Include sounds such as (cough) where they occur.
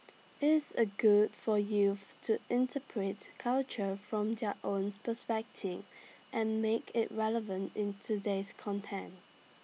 IT is A good for youth to interpret culture from their own (unintelligible) and make IT relevant in today's content